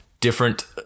different